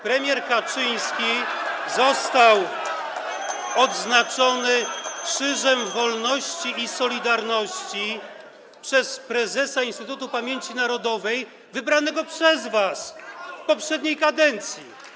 Premier Kaczyński został odznaczony Krzyżem Wolności i Solidarności przez prezesa Instytutu Pamięci Narodowej wybranego przez was w poprzedniej kadencji.